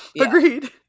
Agreed